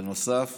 בנוסף